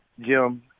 Jim